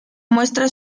muestra